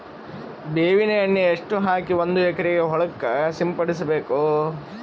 ಬೇವಿನ ಎಣ್ಣೆ ಎಷ್ಟು ಹಾಕಿ ಒಂದ ಎಕರೆಗೆ ಹೊಳಕ್ಕ ಸಿಂಪಡಸಬೇಕು?